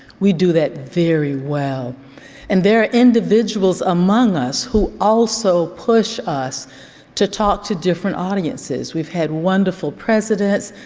we do that very well and there are individuals among us who also push us to talk to different audiences. we've had wonderful presidents,